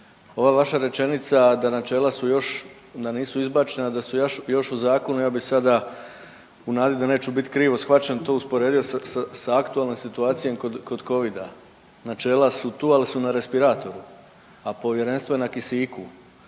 Ova vaša rečenica da načela su još, da nisu izbačena, da su još u zakonu ja bi sada u nadi da neću biti krivo shvaćen to usporedio sa aktualnom situacijom kod Covida. Načela su tu, ali su na respiratoru, a povjerenstvo je na kisiku.